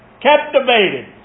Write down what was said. Captivated